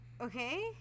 okay